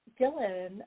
Dylan